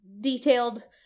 detailed